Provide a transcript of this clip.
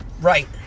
Right